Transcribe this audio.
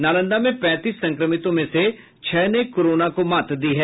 नालंदा में पैंतीस संक्रमितों में से छह ने कोरोना को मात दिया है